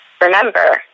remember